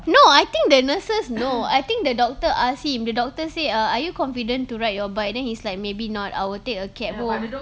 no I think the nurses know I think the doctor ask him the doctor say err are you confident to ride your bike then he's like maybe not I will take a cab home